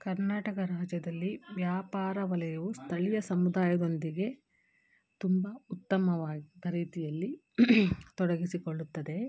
ಕರ್ನಾಟಕ ರಾಜ್ಯದಲ್ಲಿ ವ್ಯಾಪಾರ ವಲಯವು ಸ್ಥಳೀಯ ಸಮುದಾಯದೊಂದಿಗೆ ತುಂಬ ಉತ್ತಮವಾದ ರೀತಿಯಲ್ಲಿ ತೊಡಗಿಸಿಕೊಳ್ಳುತ್ತದೆ